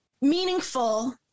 meaningful